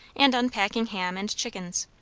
and unpacking ham and chickens.